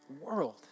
world